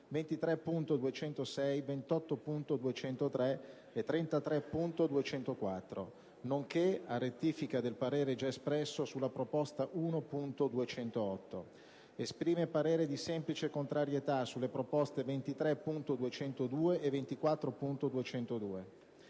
23.206, 28.203 e 33.204, nonché, a rettifica del parere già espresso, sulla proposta 1.208. Esprime parere di semplice contrarietà sulle proposte 23.202 e 24.202.